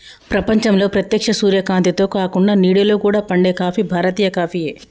ప్రపంచంలో ప్రేత్యక్ష సూర్యకాంతిలో కాకుండ నీడలో కూడా పండే కాఫీ భారతీయ కాఫీయే